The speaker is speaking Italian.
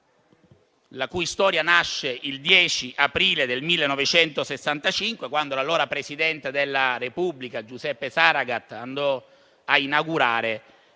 la cui storia inizia il 10 aprile del 1965, quando l'allora presidente della Repubblica Giuseppe Saragat andò a inaugurare